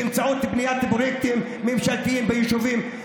באמצעות בניית פרויקטים ממשלתיים ביישובים,